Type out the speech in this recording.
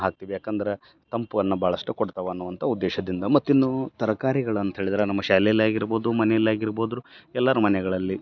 ಹಾಕ್ತೀವಿ ಯಾಕಂದ್ರೆ ತಂಪನ್ನ ಭಾಳಷ್ಟು ಕೊಡ್ತವೆ ಅನ್ನುವಂಥ ಉದ್ದೇಶದಿಂದ ಮತ್ತು ಇನ್ನು ತರಕಾರಿಗಳಂತ ಹೇಳಿದ್ರೆ ನಮ್ಮ ಶಾಲೇಲಿ ಆಗಿರ್ಬೋದು ಮನೇಲಿ ಆಗಿರ್ಬೋದು ಎಲ್ಲರ ಮನೆಗಳಲ್ಲಿ